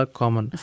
common